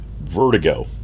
vertigo